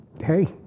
Hey